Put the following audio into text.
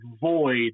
void